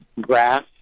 grass